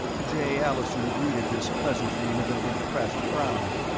jay allison greeted this pleasantry with a repressive frown.